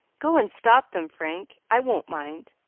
go and stop them, frank i won't mind,